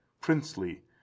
princely